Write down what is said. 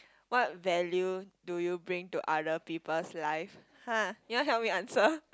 what value do you bring to other people's life !huh! you want help me answer